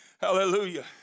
Hallelujah